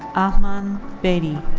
aman bedi.